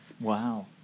Wow